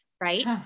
right